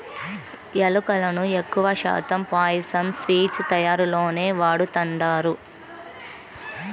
యాలుకలను ఎక్కువ శాతం పాయసం, స్వీట్స్ తయారీలోనే వాడతండారు